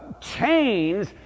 chains